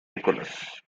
nicholas